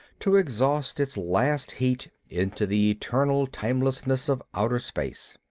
to exhaust its last heat into the eternal timelessness of outer space.